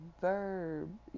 verb